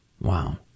Wow